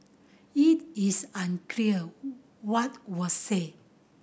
it is unclear what was said